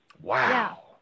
Wow